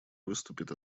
выступит